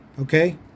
okay